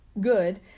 good